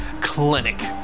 clinic